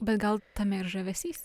bet gal tame ir žavesys